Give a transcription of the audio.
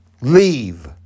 Leave